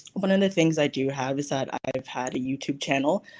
one of the things i do have the side i've had i've had a youtube channel.